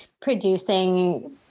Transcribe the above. producing